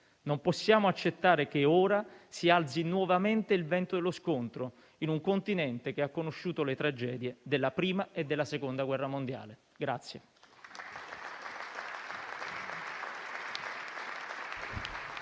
Non possiamo accettare che ora si alzi nuovamente il vento dello scontro in un continente che ha conosciuto le tragedie della Prima e della Seconda guerra mondiale.